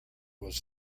was